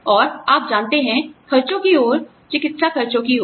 और आप जानते हैं खर्चों की ओर चिकित्सा खर्चों की ओर